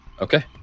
Okay